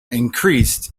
increased